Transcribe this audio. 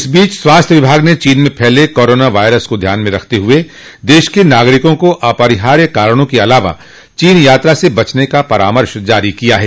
इस बीच स्वास्थ्य विभाग ने चीन में फैले कोरोना वायरस को ध्यान में रखते हुए देश के नागरिकों को अपरिहार्य कारणों के अलावा चीन यात्रा से बचने का परामर्श जारी किया है